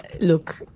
look